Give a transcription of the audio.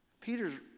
Peter's